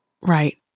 Right